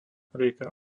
rieka